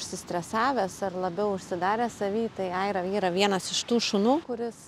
užsistresavęs ar labiau užsidaręs savy tai aira yra vienas iš tų šunų kuris